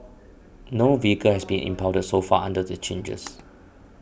no vehicle has been impounded so far under the changes